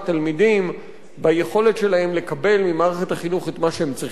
ביכולת שלהם לקבל ממערכת החינוך את מה שהם צריכים לקבל ממערכת החינוך.